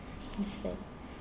feel sad